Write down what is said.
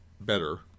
better